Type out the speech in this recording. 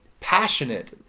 passionate